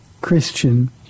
Christian